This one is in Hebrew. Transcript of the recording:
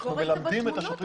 אבל ראית את התמונות.